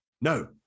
No